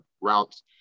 routes